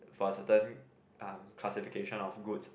for a certain um classification of goods